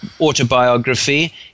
autobiography